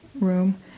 room